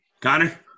Connor